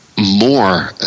more